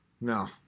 No